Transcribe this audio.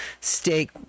steak